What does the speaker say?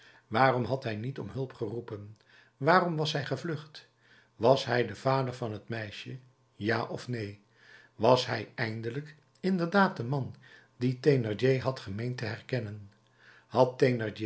waarom had hij niet om hulp geroepen waarom was hij gevlucht was hij de vader van het meisje ja of neen was hij eindelijk inderdaad de man dien thénardier had gemeend te herkennen had